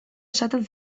esaten